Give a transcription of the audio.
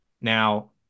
Now